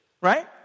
Right